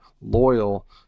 loyal